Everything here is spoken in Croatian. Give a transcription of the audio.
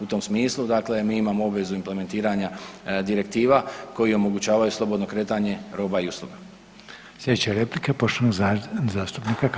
U tom smislu dakle mi imamo obvezu implementiranja direktiva koji omogućavaju slobodno kretanje roba i usluga.